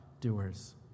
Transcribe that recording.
doers